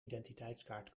identiteitskaart